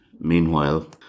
meanwhile